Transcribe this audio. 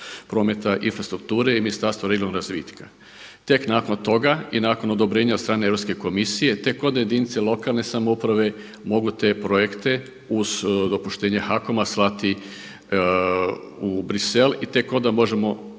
prometa i infrastrukture i Ministarstvo regionalnog razvitka. Tek nakon toga i nakon odobrenja od strane Europske komisije tek one jedinice lokalne samouprave mogu te projekte uz dopuštenje HAKOM-a slati u Bruxelles i tek onda možemo